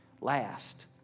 Last